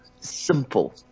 simple